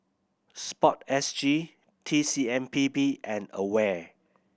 SPORTSG T C M P B and AWARE